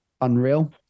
unreal